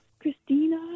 Christina